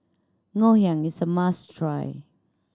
Ngoh Hiang is a must try